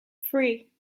three